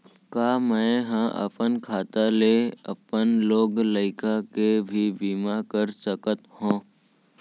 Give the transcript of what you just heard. का मैं ह अपन खाता ले अपन लोग लइका के भी बीमा कर सकत हो